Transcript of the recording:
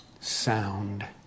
sound